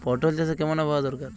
পটল চাষে কেমন আবহাওয়া দরকার?